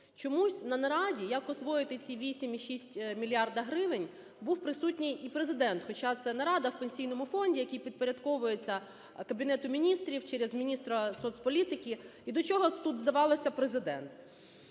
Чомусь на нараді, як освоїти ці 8,6 мільярди гривень, був присутній і Президент, хоча це нарада в Пенсійному фонді, який підпорядковується Кабінету Міністрів через міністра соцполітики, і до чого тут, здавалося б, Президент.